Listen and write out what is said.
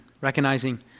recognizing